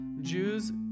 Jews